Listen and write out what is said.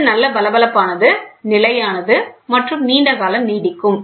இது நல்ல பளபளப்பானது நிலையானது மற்றும் நீண்ட காலம் நீடிக்கும்